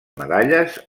medalles